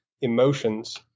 emotions